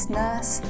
nurse